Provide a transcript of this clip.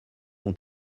ont